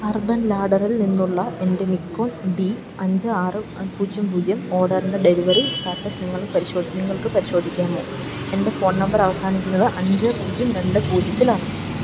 urban ലാഡ്ഡറിൽ നിന്നുള്ള എൻ്റെ നിക്കോൺ ഡി അഞ്ച് ആറ് പൂജ്യം പൂജ്യം ഓർഡറിൻ്റെ ഡെലിവറി സ്റ്റാറ്റസ് നിങ്ങൾക്ക് പരിശോധിക്കാം നിങ്ങൾക്ക് പരിശോധിക്കാമോ എൻ്റെ ഫോൺ നമ്പർ അവസാനിക്കുന്നത് അഞ്ച് പൂജ്യം രണ്ട് പൂജ്യത്തിലാണ്